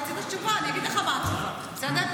אתה רצית תשובה, אני אגיד לך מה התשובה, בסדר?